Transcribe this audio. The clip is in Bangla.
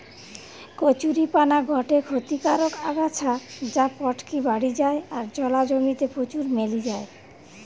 কচুরীপানা গটে ক্ষতিকারক আগাছা যা পটকি বাড়ি যায় আর জলা জমি তে প্রচুর মেলি যায়